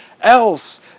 else